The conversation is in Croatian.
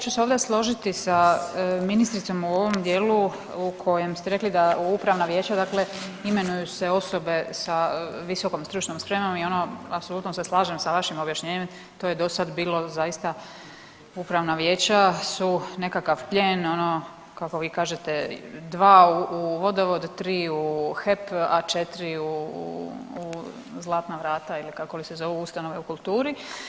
Ja ću se ovdje složiti sa ministricom u ovom dijelu u kojem ste rekli da u upravna vijeća dakle imenuju se osobe sa visokom stručnom spremom i ono apsolutno se slažem sa vašim objašnjenjem to je dosad bilo, zaista upravna vijeća su nekakav plijen ono kako vi kažete dva u vodovod, tri u HEP, a četiri u zlatna vrata ili kako li se zovu ustanove u kulturi.